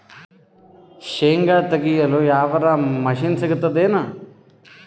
ಶೇಂಗಾ ತೆಗೆಯಲು ಯಾವರ ಮಷಿನ್ ಸಿಗತೆದೇನು?